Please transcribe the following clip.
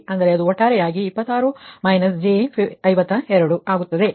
ಅಂದರೆ ಅದು ಒಟ್ಟಾರೆಯಾಗಿ 26 − j52 ಆಗುತ್ತದೆ